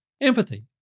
empathy